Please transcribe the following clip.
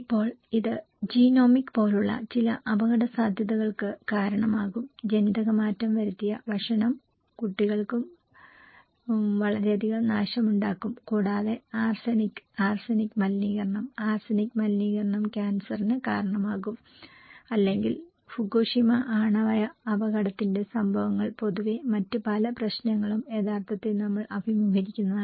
ഇപ്പോൾ ഇത് ജീനോമിക് പോലുള്ള ചില അപകടസാധ്യതകൾക്ക് കാരണമാകും ജനിതകമാറ്റം വരുത്തിയ ഭക്ഷണം കുട്ടികൾക്കും കുട്ടികൾക്കും വളരെയധികം നാശമുണ്ടാക്കും കൂടാതെ ആർസെനിക് ആർസെനിക് മലിനീകരണം ആർസെനിക് മലിനീകരണം ക്യാൻസറിന് കാരണമാകാം അല്ലെങ്കിൽ ഫുകുഷിമ ആണവ അപകടത്തിന്റെ സംഭവങ്ങൾ അതുപോലെ മറ്റ് പല പ്രശ്നങ്ങളും യഥാർത്ഥത്തിൽ നമ്മൾ അഭിമുഖീകരിക്കുന്നതാണ്